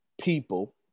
people